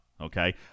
Okay